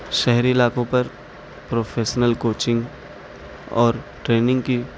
شہری علاقوں پر پروفیشنل کوچنگ اور ٹریننگ کی